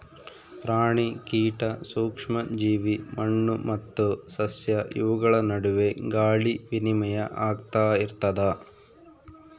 ಪ್ರಾಣಿ ಕೀಟ ಸೂಕ್ಷ್ಮ ಜೀವಿ ಮಣ್ಣು ಮತ್ತು ಸಸ್ಯ ಇವುಗಳ ನಡುವೆ ಗಾಳಿ ವಿನಿಮಯ ಆಗ್ತಾ ಇರ್ತದ